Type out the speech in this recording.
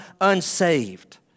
unsaved